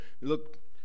look